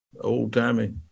old-timey